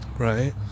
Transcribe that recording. right